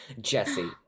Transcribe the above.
Jesse